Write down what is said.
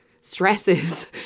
stresses